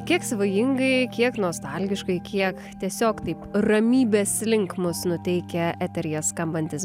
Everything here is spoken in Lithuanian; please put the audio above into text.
kiek svajingai kiek nostalgiškai kiek tiesiog taip ramybės link mus nuteikia eteryje skambantis